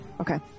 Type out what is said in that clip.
Okay